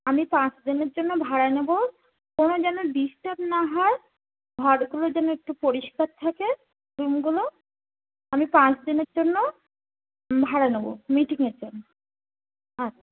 আমি পাঁচ দিনের জন্য ভাড়া নেব কোনো যেন ডিসটার্ব না হয় ঘরগুলো যেন একটু পরিষ্কার থাকে রুমগুলো আমি পাঁচ দিনের জন্য ভাড়া নেব মিটিংয়ের জন্য আর